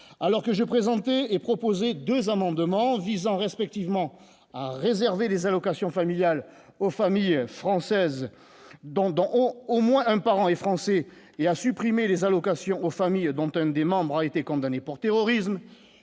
alors que j'ai présenté est proposé 2 amendements visant respectivement réserver les allocations familiales aux familles françaises dont dont on au moins un parent et français et à supprimer les allocations aux familles dont un des membres a été condamné pour terrorisme